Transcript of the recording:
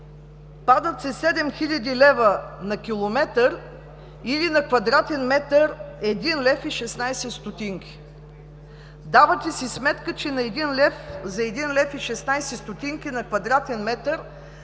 Падат се 7 хил. лв. на километър, или на квадратен метър – 1 лв. и 16 ст. Давате си сметка, че за 1 лв. и 16 ст. на квадратен метър,